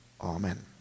Amen